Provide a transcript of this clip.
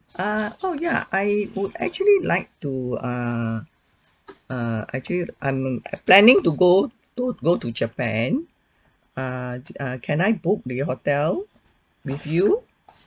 uh oh ya I would actually like to uh uh actually I'm I'm planning to go to go to japan uh uh can I book the hotel with you